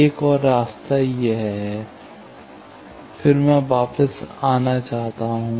एक और रास्ता यह है यह एक है फिर मैं वापस आ सकता हूं